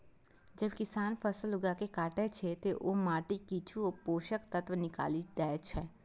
जब किसान फसल उगाके काटै छै, ते ओ माटिक किछु पोषक तत्व निकालि दै छै